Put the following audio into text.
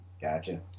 Gotcha